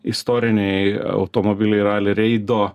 istoriniai automobiliai rali reido